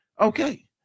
Okay